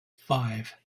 five